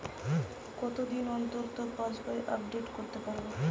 কতদিন অন্তর পাশবই আপডেট করতে পারব?